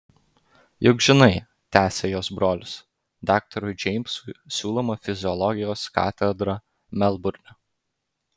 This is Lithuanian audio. juk žinai tęsė jos brolis daktarui džeimsui siūloma fiziologijos katedra melburne